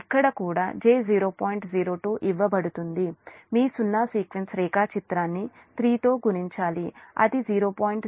02 ఇవ్వబడుతుంది మీ సున్నా సీక్వెన్స్ రేఖాచిత్రాన్ని 3 తో గుణించాలి అది 0